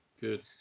Good